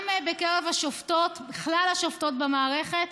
גם בקרב השופטות, כלל השופטות במערכת,